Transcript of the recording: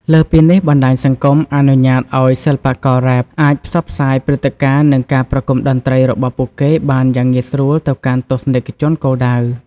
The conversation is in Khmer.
លើសពីនេះ បណ្ដាញសង្គមអនុញ្ញាតឲ្យសិល្បកររ៉េបអាចផ្សព្វផ្សាយព្រឹត្តិការណ៍ និងការប្រគំតន្ត្រីរបស់ពួកគេបានយ៉ាងងាយស្រួលទៅកាន់ទស្សនិកជនគោលដៅ។